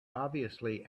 obviously